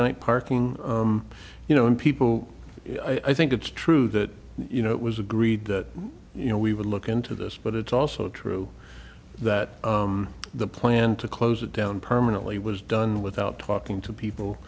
night parking you know and people i think it's true that you know it was agreed that you know we would look into this but it's also true that the plan to close it down permanently was done without talking to people